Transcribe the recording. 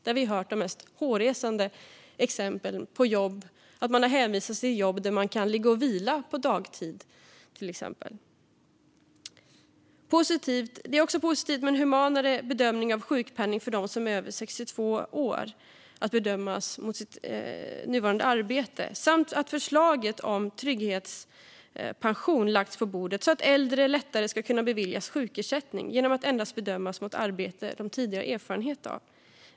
Vi har hört de mest hårresande exempel om människor som har hänvisats till jobb där man till exempel kan ligga och vila på dagtid. Det är också positivt med en humanare bedömning av sjukpenning för dem över 62 år så att de kan bedömas mot sitt nuvarande arbete och att förslaget om trygghetspension har lagts på bordet så att äldre lättare ska kunna beviljas sjukersättning genom att endast bedömas mot arbete de har tidigare erfarenhet av.